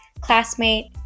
classmate